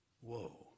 Whoa